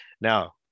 Now